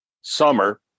summer